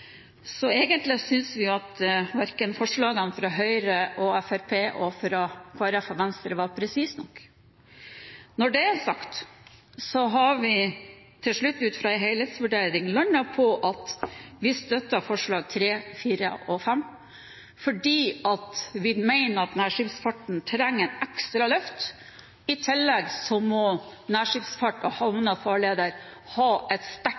Egentlig synes vi verken forslagene fra Høyre og Fremskrittspartiet eller forslagene fra Arbeiderpartiet, Kristelig Folkeparti og Venstre var presise nok. Når det er sagt, har vi til slutt, ut fra en helhetsvurdering, landet på at vi støtter forslagene nr. 3, 4 og 5 fordi vi mener at nærskipsfarten trenger et ekstra løft. I tillegg må nærskipsfart og havner og farleder også ha et sterkt